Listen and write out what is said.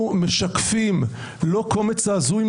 אנחנו משקפים לא קומץ הזוי,